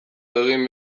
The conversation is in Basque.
egin